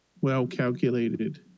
well-calculated